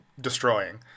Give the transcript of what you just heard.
destroying